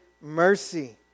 mercy